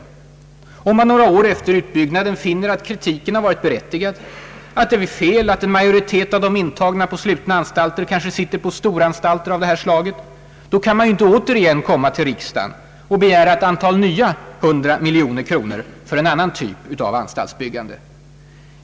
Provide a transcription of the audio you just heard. Om man nämligen några år efter utbyggnaden finner att kritiken varit berättigad, att det är fel att en majoritet av de intagna på slutna anstalter sitter på storanstalter av det här slaget, kan man inte återigen komma till riksdagen och begära ett antal nya hundratal miljoner kronor för en annan typ av anstaltsbyggande.